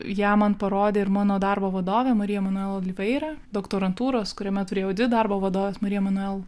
ją man parodė ir mano darbo vadovė marija manuela liveira doktorantūros kuriame turėjau dvi darbo vadove marija manuel